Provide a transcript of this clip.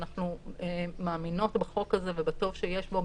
אנחנו מאמינות בחוק הזה ובטוב שיש בו,